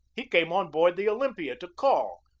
he came on board the olympia to call,